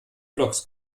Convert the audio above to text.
blogs